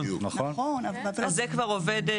אז זה כבר עובד?